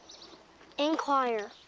inquire.